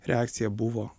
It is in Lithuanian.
reakcija buvo